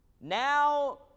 now